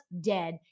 dead